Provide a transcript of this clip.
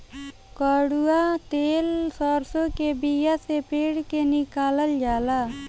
कड़ुआ तेल सरसों के बिया से पेर के निकालल जाला